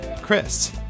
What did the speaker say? Chris